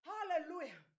Hallelujah